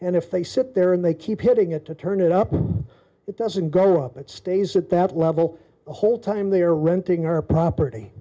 and if they sit there and they keep hitting it to turn it up it doesn't go up it stays at that level the whole time they are renting her property